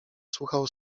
słuchał